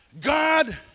God